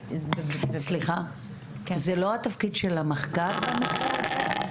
סליחה, זה לא התפקיד של המחקר במקרה הזה?